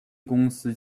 公司